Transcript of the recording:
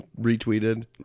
retweeted